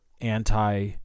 anti